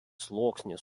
sluoksnis